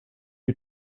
are